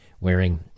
wearing